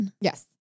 yes